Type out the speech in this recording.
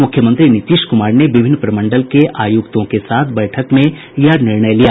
मुख्यमंत्री नीतीश कुमार ने विभिन्न प्रमंडल के आयुक्तों के साथ बैठक में यह निर्णय लिया